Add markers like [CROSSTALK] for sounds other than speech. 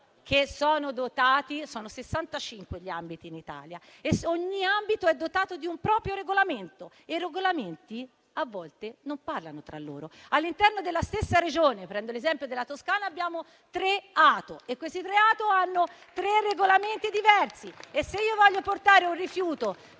sono 65 gli ATO in Italia e ognuno è dotato di un proprio regolamento e i regolamenti a volte non parlano tra loro. All'interno della stessa Regione - prendo l'esempio della Toscana - abbiamo tre ATO, che hanno tre regolamenti diversi. [APPLAUSE] Se voglio portare un rifiuto